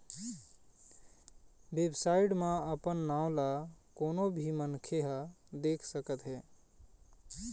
website म अपन नांव ल कोनो भी मनखे ह देख सकत हे